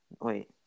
Wait